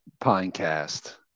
Pinecast